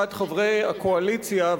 חברי הקואליציה.